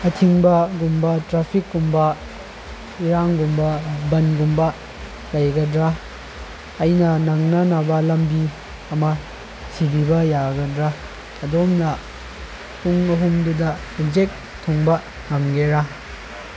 ꯑꯊꯤꯡꯕꯒꯨꯝꯕ ꯇ꯭ꯔꯥꯐꯤꯛꯒꯨꯝꯕ ꯏꯔꯥꯡꯒꯨꯝꯕ ꯕꯟꯒꯨꯝꯕ ꯂꯩꯒꯗ꯭ꯔꯥ ꯑꯩꯅ ꯅꯪꯅꯅꯕ ꯂꯝꯕꯤ ꯑꯃ ꯊꯤꯕꯤꯕ ꯌꯥꯒꯗ꯭ꯔꯥ ꯑꯗꯣꯝꯅ ꯄꯨꯡ ꯑꯍꯨꯝꯗꯨꯗ ꯑꯦꯛꯖꯦꯛ ꯊꯨꯡꯕ ꯉꯝꯒꯦꯔꯥ